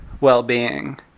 well-being